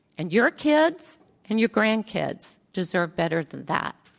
and your kids and your grandkids deserve better than that.